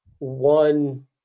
one